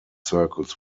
circles